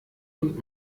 und